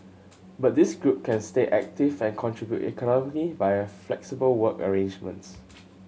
but this group can stay active and contribute economically via flexible work arrangements